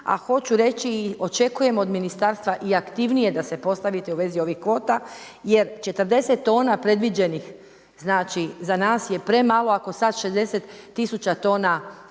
a hoću reći i očekujem od ministarstva i aktivnije da se postavite u vezi ovih kvota jer 40 tona predviđenih, znači za nas je premalo ako sad 60 000 tona